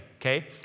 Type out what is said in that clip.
okay